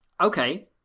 Okay